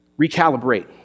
recalibrate